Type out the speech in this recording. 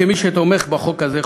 כמי שתומך בחוק הזה,